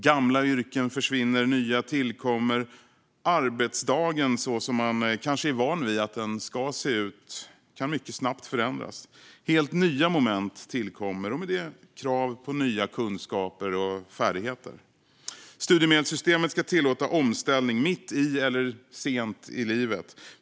Gamla yrken försvinner och nya tillkommer. Arbetsdagen som man kanske är van vid att den ska se ut kan mycket snabbt förändras. Helt nya moment tillkommer och med dem krav på nya kunskaper och färdigheter. Studiemedelssystemet ska tillåta omställning mitt i eller sent i livet.